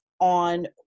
on